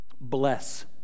Bless